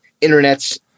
internets